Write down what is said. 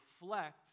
reflect